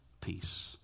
peace